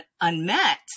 unmet